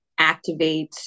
activates